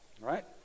right